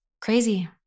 crazy